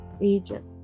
Egypt